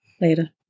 later